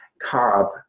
carb